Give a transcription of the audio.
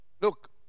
Look